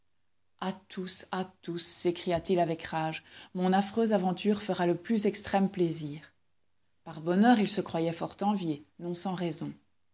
a tous à tous s'écria-t-il avec rage mon affreuse aventure fera le plus extrême plaisir par bonheur il se croyait fort envié non sans raison